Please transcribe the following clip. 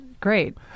great